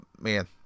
man